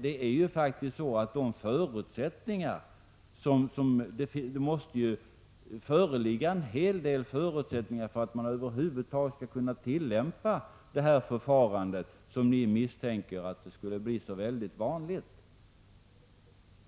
Det måste ju ändå föreligga en hel del förutsättningar för att man över huvud taget skall kunna tillämpa det förfarande som ni misstänker kan bli så väldigt vanligt.